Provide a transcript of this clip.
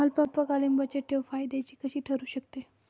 अल्पकालीन बचतठेव फायद्याची कशी ठरु शकते?